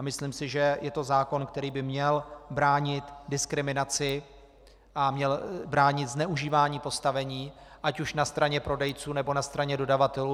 Myslím si, že je to zákon, který by měl bránit diskriminaci a měl bránit zneužívání postavení ať už na straně prodejců, nebo na straně dodavatelů.